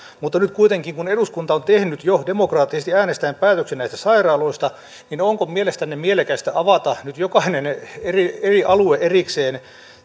mutta nyt kuitenkin kun eduskunta on jo tehnyt demokraattisesti äänestäen päätöksen näistä sairaaloista niin onko mielestänne mielekästä avata nyt jokainen eri alue erikseen